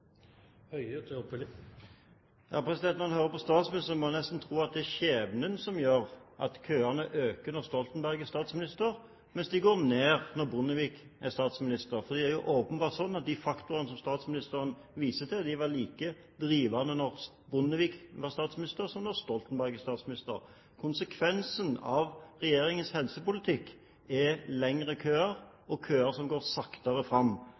Når en hører på statsministeren, må en nesten tro at det er skjebnen som gjør at køene øker når Stoltenberg er statsminister, mens de gikk ned da Bondevik var statsminister. Det er jo åpenbart slik at de faktorene som statsministeren viste til, var like drivende da Bondevik var statsminister, som når Stoltenberg er statsminister. Konsekvensen av regjeringens helsepolitikk er lengre køer, og køer som går saktere